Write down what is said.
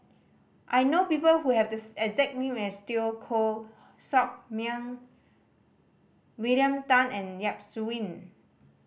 I know people who have these exact name as Teo Koh Sock Miang William Tan and Yap Su Yin